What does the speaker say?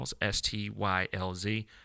S-T-Y-L-Z